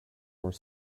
more